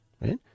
right